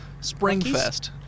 Springfest